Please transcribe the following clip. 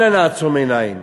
אל נא נעצום עיניים,